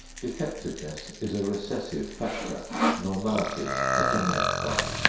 defectiveness is a recessive factor normality a dominant one.